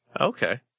Okay